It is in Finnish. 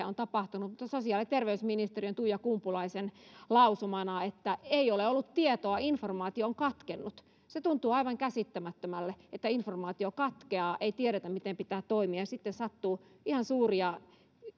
on tapahtunut sosiaali ja terveysministeriön tuija kumpulaisen lausumana että ei ole ollut tietoa informaatio on katkennut se tuntuu aivan käsittämättömältä että informaatio katkeaa ei tiedetä miten pitää toimia ja sitten sattuu ihan suuria